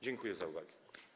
Dziękuję za uwagę.